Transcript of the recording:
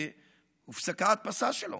הופסקה ההדפסה שלו,